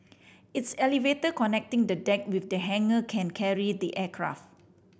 its elevator connecting the deck with the hangar can carry the aircraft